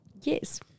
Yes